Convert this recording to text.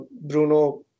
Bruno